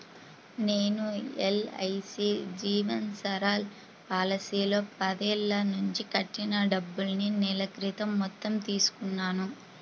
నేను ఎల్.ఐ.సీ జీవన్ సరల్ పాలసీలో పదేళ్ళ నుంచి కట్టిన డబ్బుల్ని నెల క్రితం మొత్తం తీసుకున్నాను